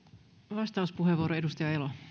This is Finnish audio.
arvoisa rouva